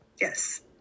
yes